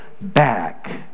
back